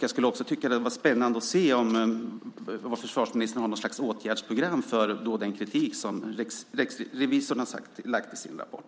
Jag skulle också tycka att det vore spännande att se om försvarsministern har något slags åtgärdsprogram för den kritik som riksrevisorn har fört fram sin rapport.